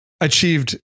achieved